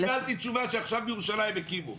עכשיו קיבלתי תשובה שעכשיו בירושלים הקימו.